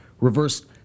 Reverse